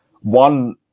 one